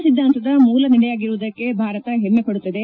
ಧಮ್ಮ ಸಿದ್ದಾಂತದ ಮೂಲ ನೆಲೆಯಾಗಿರುವುದಕ್ಷೆ ಭಾರತ ಹೆಮ್ಮೆ ಪಡುತ್ತದೆ